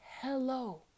hello